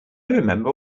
remember